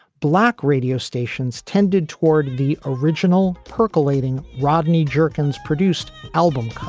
black radio stations tended toward the original percolating rodney jerkins produced album